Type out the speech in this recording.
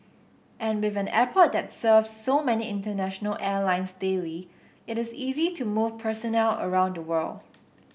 and with an airport that serves so many international airlines daily it is easy to move personnel around the world